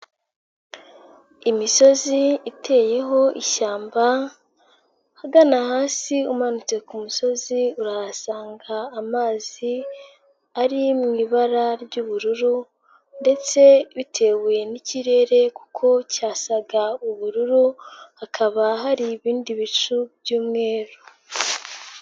Imisozi iteyeho ishyamba ahagana hasi umanutse ku musozi urahasanga amazi ari mu ibara ry'ubururu ndetse bitewe n'ikirere kuko cyasaga ubururu, hakaba hari ibindi bicu by'umweru.